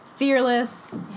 fearless